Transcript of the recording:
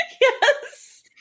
Yes